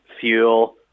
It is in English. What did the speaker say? fuel